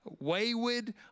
wayward